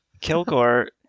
Kilgore